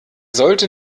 sollte